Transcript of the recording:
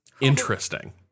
Interesting